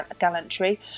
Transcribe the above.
gallantry